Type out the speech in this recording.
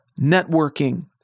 networking